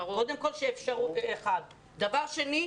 שנית,